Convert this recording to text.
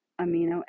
amino